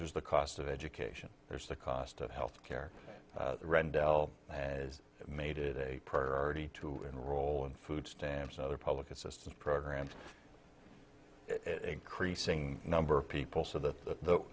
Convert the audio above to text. there's the cost of education there's the cost of health care rendell has made it a priority to enroll in food stamps and other public assistance programs creasing number of people so that the